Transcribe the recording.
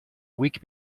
week